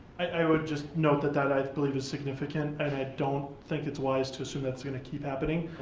i would just note that that i believe is significant and i don't think it's wise to assume that's gonna keep happening.